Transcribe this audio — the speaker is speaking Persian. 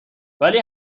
ولی